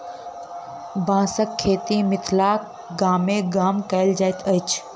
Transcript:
बाँसक खेती मिथिलाक गामे गाम कयल जाइत अछि